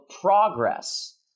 progress